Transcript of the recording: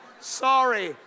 sorry